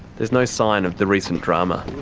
there's no sign of the recent drama.